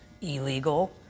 illegal